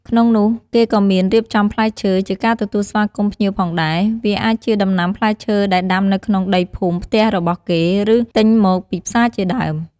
ក្នុងនោះគេក៍មានរៀបចំផ្លែឈើ ជាការទទួលស្វាគមន៍ភ្ញៀវផងដែរ វាអាចជាដំណាំផ្លែឈើដែលដាំនៅក្នុងដីភូមិផ្ទះរបស់គេ ឬទញមកពីផ្សារជាដើម។